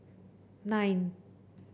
nine